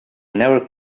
never